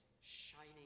shining